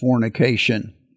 fornication